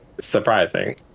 Surprising